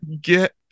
get